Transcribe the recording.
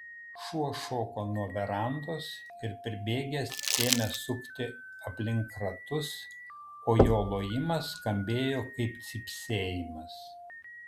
šuo šoko nuo verandos ir pribėgęs ėmė sukti aplink ratus o jo lojimas skambėjo kaip cypsėjimas